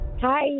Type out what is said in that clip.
Hi